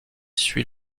suit